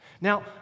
Now